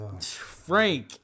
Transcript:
Frank